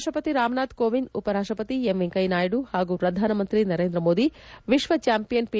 ರಾಷ್ಲಪತಿ ರಾಮ್ನಾಥ್ ಕೋವಿಂದ್ ಉಪರಾಷ್ಲಪತಿ ಎಂ ವೆಂಕಯ್ಲನಾಯ್ನು ಹಾಗೂ ಪ್ರಧಾನಮಂತ್ರಿ ನರೇಂದ್ರಮೋದಿ ಜಾಂಪಿಯನ್ ಪಿ